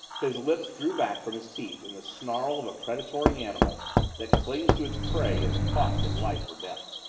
his lips drew back from his teeth in the snarl of a predatory animal that clings to its prey at the cost of life or death.